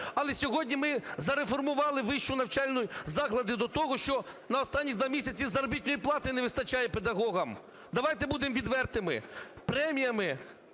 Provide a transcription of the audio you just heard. Але сьогодні ми зареформували вищі навчальні заклади до того, що на останні два місяці заробітної плати не вистачає педагогам. Давайте будемо відвертими, преміями